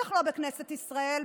בטח לא בכנסת ישראל,